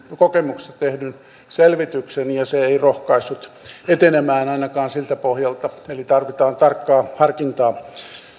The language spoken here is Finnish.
kokemuksesta tehdyn selvityksen ja se ei rohkaissut etenemään ainakaan siltä pohjalta eli tarvitaan tarkkaa harkintaa